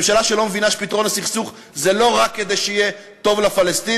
ממשלה שלא מבינה שפתרון הסכסוך זה לא רק כדי שיהיה טוב לפלסטינים,